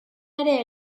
ere